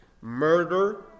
murder